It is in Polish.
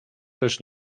też